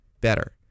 better